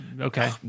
okay